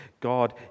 God